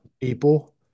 people